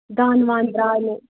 دانہٕ وانہٕ درٛاے مےٚ